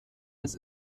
als